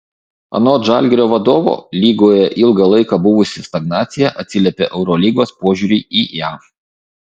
anot žalgirio vadovo lygoje ilgą laiką buvusi stagnacija atsiliepė eurolygos požiūriui į ją